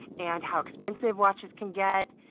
and how expensive watches can get,